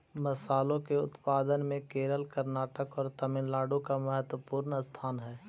मसाले के उत्पादन में केरल कर्नाटक और तमिलनाडु का महत्वपूर्ण स्थान हई